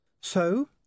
So